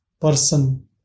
person